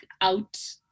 out